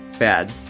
bad